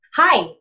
Hi